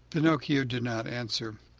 pinocchio did not answer,